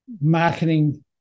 marketing